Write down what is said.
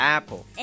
Apple